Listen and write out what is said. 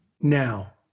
now